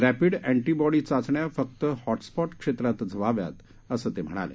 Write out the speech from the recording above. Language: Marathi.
रपिंड अँटीबॉडी चाचण्या फक्त हॉटस्पॉट क्षेत्रातच व्हाव्यात असं ते म्हणाले